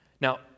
now